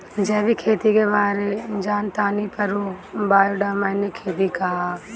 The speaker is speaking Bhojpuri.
जैविक खेती के बारे जान तानी पर उ बायोडायनमिक खेती का ह?